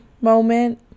moment